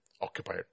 Occupied